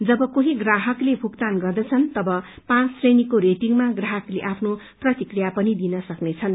जब कोस्री ग्राहकले षुगतान गर्दछ तब पौँच श्रेणीको रेटिंगमा प्राहकले आफ्नो प्रतिक्रिया पनि दिन सक्नेछन्